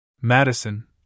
Madison